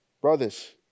Brothers